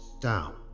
down